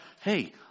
hey